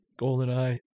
Goldeneye